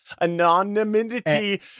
anonymity